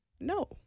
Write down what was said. No